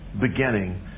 beginning